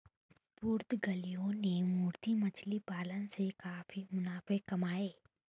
पुर्तगालियों ने मोती मछली पालन से काफी मुनाफे कमाए